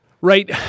Right